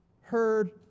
heard